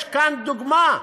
יש כאן דוגמה,